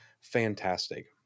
fantastic